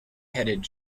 headed